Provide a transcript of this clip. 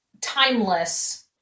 timeless